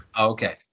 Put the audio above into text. Okay